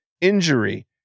injury